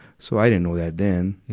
so i didn't know that then,